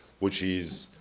which is